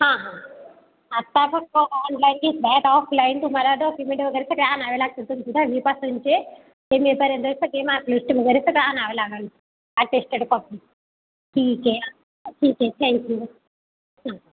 हां हां आता फक्त ऑनलाईन घेतला आहे आता ऑफलाईन तुम्हाला डॉक्युमेंट वगैरे सगळे आणावे लागतील तुमचे दहावीपासूनचे एम एपर्यंत सगळे मार्क लिश्ट वगैरे सगळं आणावं लागंल आटेश्टेड कॉपी ठीक आहे ठीक आहे थँक्यू हां